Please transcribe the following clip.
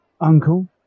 uncle